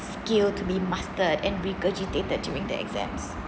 skill to be mastered and regurgitated during the exam